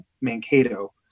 Mankato